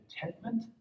contentment